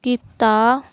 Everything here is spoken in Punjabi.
ਕੀਤਾ